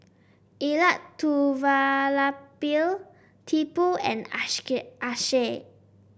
Elattuvalapil Tipu and Akshay